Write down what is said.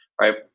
right